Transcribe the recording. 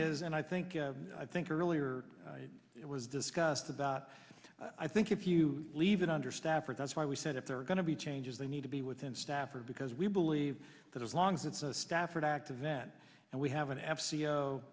is and i think i think earlier it was discussed about i think if you leave it under stafford that's why we said if there are going to be changes they need to be within stafford because we believe that as long as it's a stafford act event and we have an